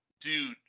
dude